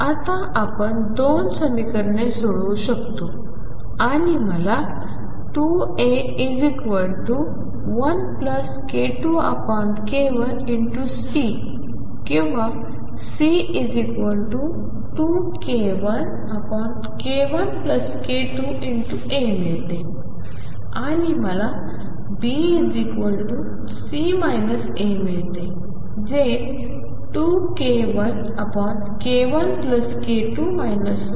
आता आपण दोन समीकरणे सोडवू शकतो आणि मला 2A1k2k1C किंवा C2k1k1k2A मिळते आणि मला BC A मिळते जे 2k1k1k2 1A आहे जे k1 k2k1k2 Bआहे